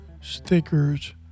stickers